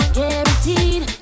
Guaranteed